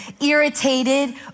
irritated